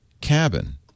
cabin